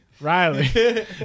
Riley